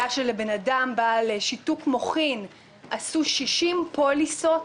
היה של אדם בעל שיתוק מוחין שעשו לו 60 פוליסות.